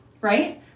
right